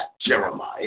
Jeremiah